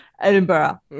Edinburgh